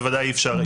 בוודאי אי-אפשר,